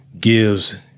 gives